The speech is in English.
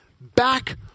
back